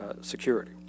security